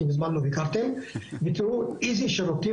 כי מזמן לא ביקרתם ותראו איזה שירותים